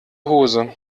hose